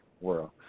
world